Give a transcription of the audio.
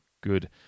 good